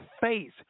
face